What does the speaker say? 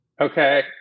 Okay